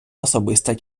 особиста